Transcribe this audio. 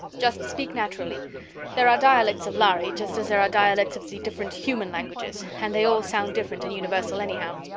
just speak naturally there are dialects of lhari, just as there are dialects of the different human languages, and they all sound different in universal anyhow.